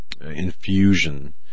infusion